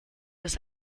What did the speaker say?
des